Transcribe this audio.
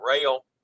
rail